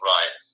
Right